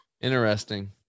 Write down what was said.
Interesting